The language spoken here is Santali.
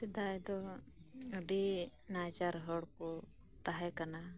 ᱥᱮᱫᱟᱭ ᱫᱚ ᱟᱹᱰᱤ ᱱᱟᱪᱟᱨ ᱦᱚᱲ ᱠᱩ ᱛᱟᱸᱦᱮ ᱠᱟᱱᱟ